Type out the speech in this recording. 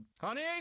honey